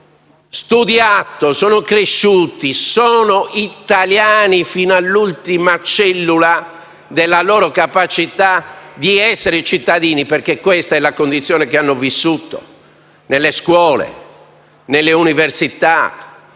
studiato e sono cresciuti; sono italiani fino all'ultima cellula della loro capacità di essere cittadini, perché questa è la condizione che hanno vissuto nelle scuole, nelle università